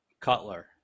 Cutler